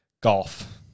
Golf